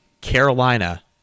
Carolina